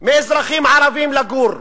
מאזרחים ערבים לגור.